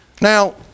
Now